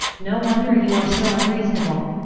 no wonder you are so unreasonable.